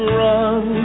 run